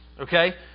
okay